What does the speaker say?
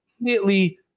immediately